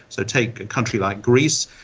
so take a country like greece,